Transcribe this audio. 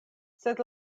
sed